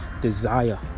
desire